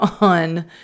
on